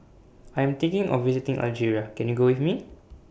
I Am thinking of visiting Algeria Can YOU Go with Me